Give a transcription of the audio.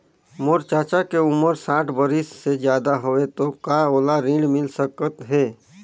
मोर चाचा के उमर साठ बरिस से ज्यादा हवे तो का ओला ऋण मिल सकत हे?